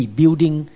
building